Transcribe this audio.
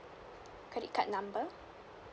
credit card number